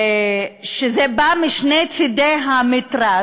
משני צדי המתרס,